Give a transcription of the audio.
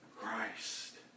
Christ